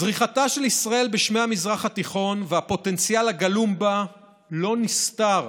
זריחתה של ישראל בשמי המזרח התיכון והפוטנציאל הגלום בה לא נסתרו